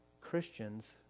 Christians